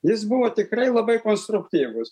jis buvo tikrai labai konstruktyvus